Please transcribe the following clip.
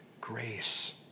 grace